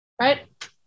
right